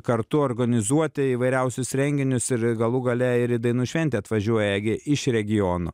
kartu organizuoti įvairiausius renginius ir galų gale ir į dainų šventę atvažiuoja gi iš regionų